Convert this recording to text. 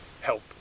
help